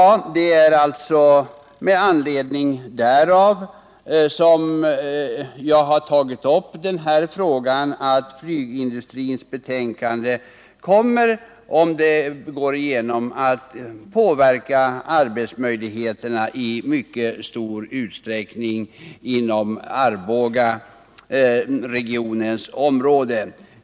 Det är alltså mot denna bakgrund som jag framhållit att Nygindustrikommitténs betänkande, om det går igenom, kommer att påverka arbetsmöjligheterna i mycket stor utsträckning inom Arbogaregionen.